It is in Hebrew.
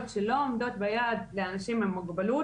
שלא עומדות ביעד לאנשים עם מוגבלות,